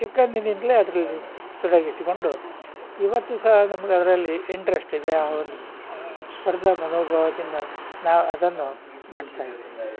ಚಿಕ್ಕಂದಿನಿಂದಲೇ ಅದರಲ್ಲಿ ತೊಡಗಿಸಿಕೊಂಡು ಇವತ್ತು ಸಹ ನಮ್ಗೆ ಅದರಲ್ಲಿ ಇಂಟ್ರೆಸ್ಟಿದೆ ಆ ಒಂದು ಸ್ಪರ್ಧಾ ಮನೋಭಾವದಿಂದ ನಾವು ಅದನ್ನು ಮಾಡ್ತಾಯಿದ್ದೇವೆ